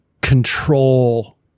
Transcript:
control